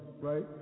right